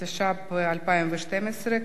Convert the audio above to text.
התשע"ב 2012,